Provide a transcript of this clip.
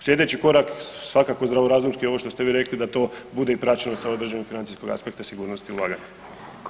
Sljedeći korak svakako, zdravorazumski ovo što ste vi rekli da to bude i praćeno sa određenog financijskog aspekta sigurnosti ulaganja.